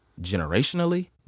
generationally